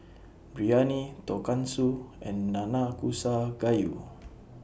Biryani Tonkatsu and Nanakusa Gayu